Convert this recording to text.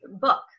book